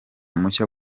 mushya